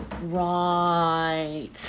Right